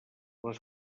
les